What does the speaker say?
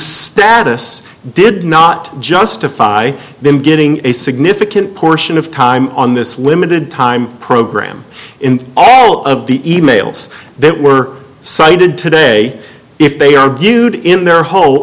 status did not justify them getting a significant portion of time on this limited time program in all of the e mails that were cited today if they argued in their whole